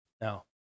Now